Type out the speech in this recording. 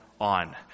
on